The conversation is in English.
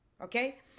okay